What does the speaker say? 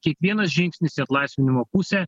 kiekvienas žingsnis į atlaisvinimo pusę